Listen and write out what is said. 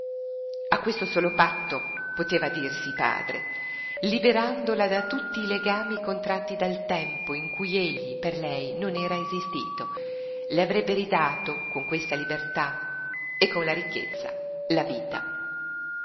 questo solo patto poteva dirsi padre liberandola da tutti i legami contratti dal tempo in cui egli per lei non era esistito le avrebbe ridato con questa libertà e con la ricchezza la vita